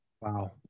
Wow